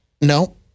no